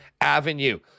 Avenue